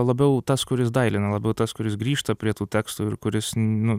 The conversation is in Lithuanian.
labiau tas kuris dailina labiau tas kuris grįžta prie tų tekstų ir kuris nu